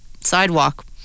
sidewalk